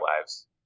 lives